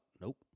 Nope